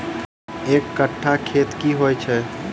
एक कट्ठा खेत की होइ छै?